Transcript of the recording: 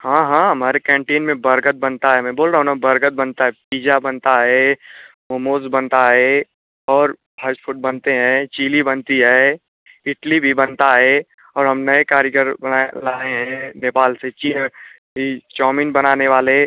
हाँ हाँ हमारी कैंटीन में बर्गद बनता है मैं बोल रहा हूँ ना बर्गद बनता है पीजा बनता है मोमोज़ बनता है और फास्ट फूड बनते हैं चिली बनती है इडली भी बनती है और हम नए कारीगर लाए हैं नेपाल से चीन ही चउमीन बनाने वाले